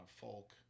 folk